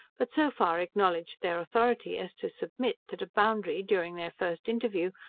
but so far acknowledged their authority as to submit, that a boundary, during their first interview,